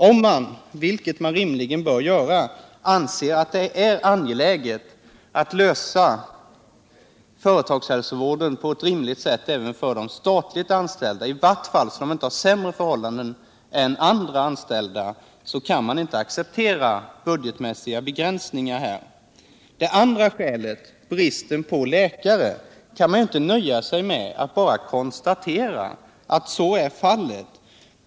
Om man anser, vilket man rimligen bör göra, att det är angeläget att lösa frågorna om företagshälsovård på ett rimligt sätt även för de statliga anställda — i vart fall skall de inte ha sämre förhållanden än andra anställda — kan man inte acceptera budgetmässiga begränsningar. Detta är det första skälet. Det andra skälet är bristen på läkare. Man kan inte nöja sig med att bara konstatera att det är brist på läkare!